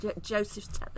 Joseph's